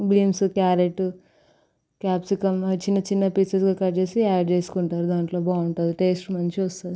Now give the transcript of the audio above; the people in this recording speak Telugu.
బీమ్స్ క్యారెట్ క్యాప్సికం చిన్న చిన్న పీసెస్గా కట్ చేసి యాడ్ చేసుకుంటారు దాంట్లో బాగుంటుంది టేస్ట్ మంచిగా వస్తుంది